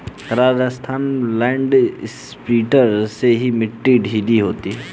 राजस्थान में land imprinter से ही मिट्टी ढीली होती है